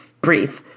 breathe